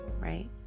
right